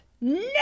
No